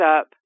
up